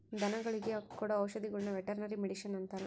ಧನಗುಳಿಗೆ ಕೊಡೊ ಔಷದಿಗುಳ್ನ ವೆರ್ಟನರಿ ಮಡಿಷನ್ ಅಂತಾರ